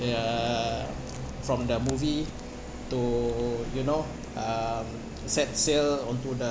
ya from the movie to you know um set sail onto the